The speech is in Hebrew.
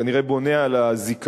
הוא כנראה בונה על הזיכרון,